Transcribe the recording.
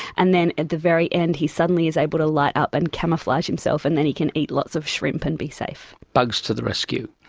and then at the very end he suddenly is able to light up and camouflage himself and then he can eat lots of shrimp and be safe. bugs to the rescue.